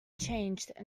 changed